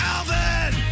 Alvin